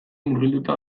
murgilduta